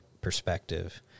perspective